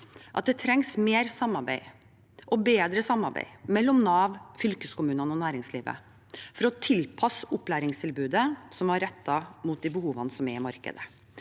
at det trengs mer og bedre samarbeid mellom Nav, fylkeskommunene og næringslivet for å tilpasse opplæringstilbudet som er rettet mot behovene i markedet.